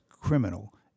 criminal